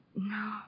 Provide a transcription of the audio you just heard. No